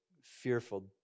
fearful